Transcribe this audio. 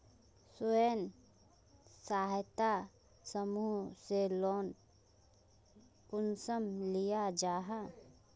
स्वयं सहायता समूह से लोन कुंसम लिया जाहा?